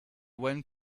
went